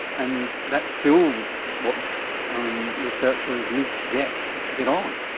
and that's still what um researchers need to get to get on.